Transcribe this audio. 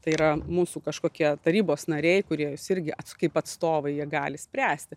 tai yra mūsų kažkokie tarybos nariai kurie irgi kaip atstovai jie gali spręsti